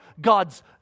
God's